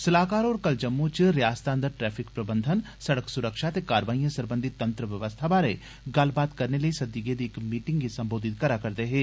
स्लाहकार होर कल जम्मू च रियासतै अंदर ट्रैफिक प्रबंधन सड़क सुरक्षा ते कारवाईयें सरबंधी तंत्र व्यवस्था बारै गल्लबात करने लेई सददी गेदी इक मीटिंग गी संबोधत करै करदे हे